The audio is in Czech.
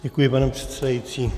Děkuji, pane předsedající.